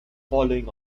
following